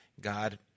God